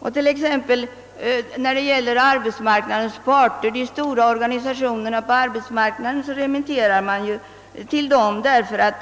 När det t.ex. gäller de stora organisationerna på arbetsmarknaden remitterar man frågor till dem, därför att